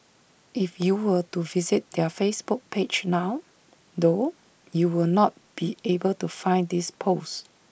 if you were to visit their Facebook page now though you will not be able to find this post